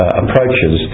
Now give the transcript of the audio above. approaches